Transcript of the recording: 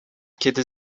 kiedy